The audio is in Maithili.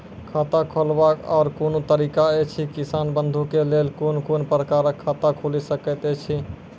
खाता खोलवाक आर कूनू तरीका ऐछि, किसान बंधु के लेल कून कून प्रकारक खाता खूलि सकैत ऐछि?